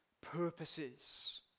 purposes